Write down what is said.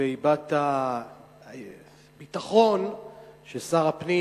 והבעת ביטחון ששר הפנים